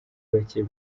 bake